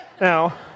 Now